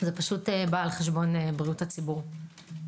בא על חשבון בריאות הציבור.